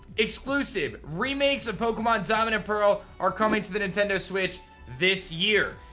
exclusive remakes of pokemon diamond and pearl are coming to the nintendo switch this year.